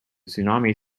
tsunami